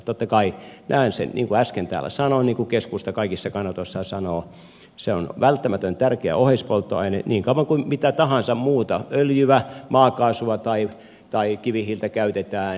totta kai näen sen niin kuin äsken täällä sanoin ja niin kuin keskusta kaikissa kannanotoissaan sanoo että se on välttämätön tärkeä oheispolttoaine niin kauan kuin mitä tahansa muuta öljyä maakaasua tai kivihiiltä käytetään